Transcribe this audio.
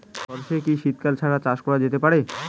সর্ষে কি শীত কাল ছাড়া চাষ করা যেতে পারে?